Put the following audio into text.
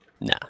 Nah